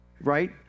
right